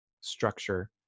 structure